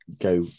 go